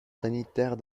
sanitaires